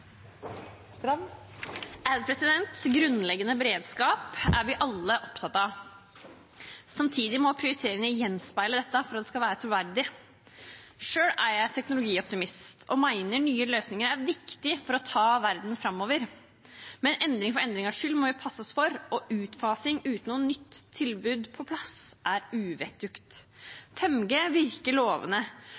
vi alle opptatt av. Samtidig må prioriteringene gjenspeile dette for at det skal være troverdig. Selv er jeg teknologioptimist og mener nye løsninger er viktig for å ta verden framover. Men endring for endringens skyld må vi passe oss for, og utfasing uten noe nytt tilbud på plass er uvettugt. 5G virker